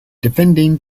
defending